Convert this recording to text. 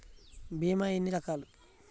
భీమ ఎన్ని రకాలు?